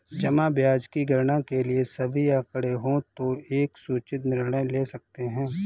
जमा ब्याज की गणना के लिए सभी आंकड़े हों तो एक सूचित निर्णय ले सकते हैं